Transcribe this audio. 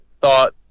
thought